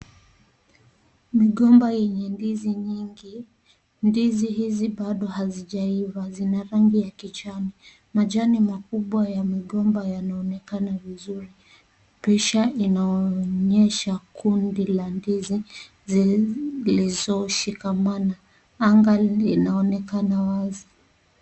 Migomba yenye ndizi nyingi. Ndizi hizi bado hazijaiva zina rangi ya kijani. Majani makubwa ya migomba yanaonekana vizuri Picha inaonyesha kundi la ndizi zilizoshikamana. Anga linaonekana wazi.